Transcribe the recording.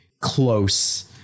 close